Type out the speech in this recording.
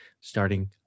starting